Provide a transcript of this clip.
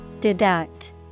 Deduct